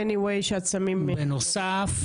בנוסף,